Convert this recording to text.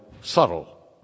subtle